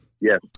Yes